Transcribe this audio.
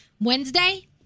wednesday